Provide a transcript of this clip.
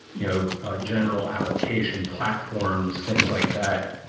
you know general application platforms, things like that,